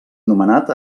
nomenat